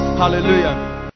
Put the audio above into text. Hallelujah